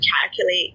calculate